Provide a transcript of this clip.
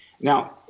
Now